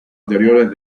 anteriores